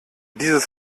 dieses